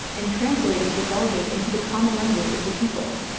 and translated the vulgate into the common language of the people.